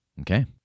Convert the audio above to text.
Okay